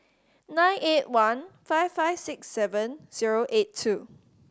nine eight one five five six seven zero eight two